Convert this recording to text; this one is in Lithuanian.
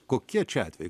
kokie čia atvejai